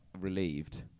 relieved